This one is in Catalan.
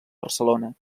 barcelona